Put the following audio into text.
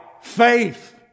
faith